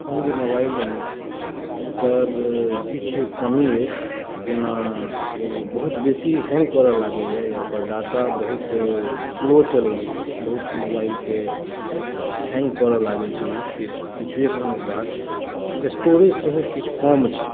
हम जे मोबाइल लेने छी ओकर किछु कमी अछि जेना ओ बहुत बेसी हैँग करऽ लागैए या ओकर डाटा बहुत स्लो चलै छै बहुत मोबाइलके हैँग करऽ लागै छै ओ किछु किछुए खनक बाद आओर स्टोरेज सेहो किछु कम छै